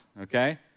Okay